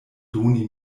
doni